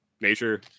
nature